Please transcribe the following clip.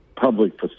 public